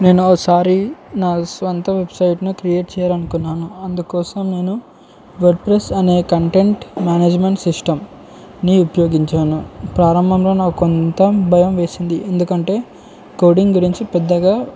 నేను ఒకసారి నా సొంత వెబ్సైట్ను క్రియేట్ చేయాలి అనుకున్నాను అందుకోసం నేను వర్డ్ప్రెస్ అనే కంటెంట్ మేనేజ్మెంట్ సిస్టమ్ని ఉపయోగించాను ప్రారంభంలో నా కొంత భయం వేసింది ఎందుకంటే కోడింగ్ గురించి పెద్దగా